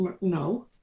no